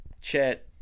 Chet